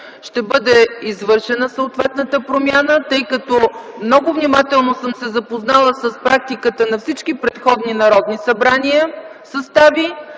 ще бъде извършена съответната промяна, тъй като много внимателно съм се запознала с практиката на съставите на всички предходни народни събрания –